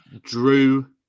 Drew